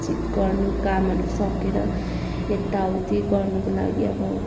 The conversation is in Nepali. बातचित गर्नु कामहरू सकेर यताउति गर्नुको लागि अब